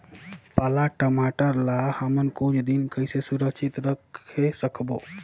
पाला टमाटर ला हमन कुछ दिन कइसे सुरक्षित रखे सकबो?